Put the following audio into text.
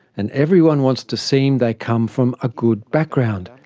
and everyone wants to seem they come from a good background.